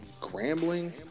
crambling